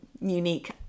unique